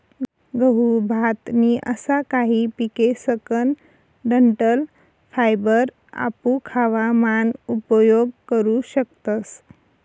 गहू, भात नी असा काही पिकेसकन डंठल फायबर आपू खावा मान उपयोग करू शकतस